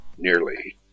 nearly